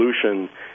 solution